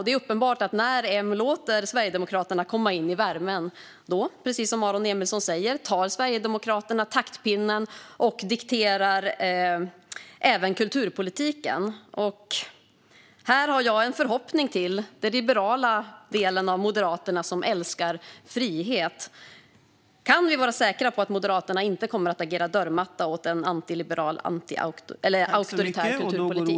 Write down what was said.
Det är uppenbart att när Moderaterna låter Sverigedemokraterna komma in i värmen tar Sverigedemokraterna, precis som Aron Emilsson säger, taktpinnen och dikterar även kulturpolitiken. Jag ställer mitt hopp till den liberala delen av Moderaterna som älskar frihet. Kan vi vara säkra på att Moderaterna inte kommer att agera dörrmatta åt en antiliberal auktoritär kulturpolitik?